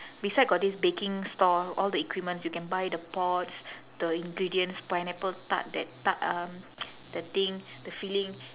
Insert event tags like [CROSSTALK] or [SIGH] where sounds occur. beside got this baking store all the equipments you can buy the pots the ingredients pineapple tart that ta~ uh [NOISE] the thing the filling